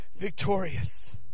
victorious